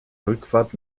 rückfahrt